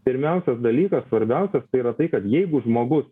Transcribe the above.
pirmiausias dalykas svarbiausias tai yra tai kad jeigu žmogus